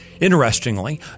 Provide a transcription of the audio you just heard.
Interestingly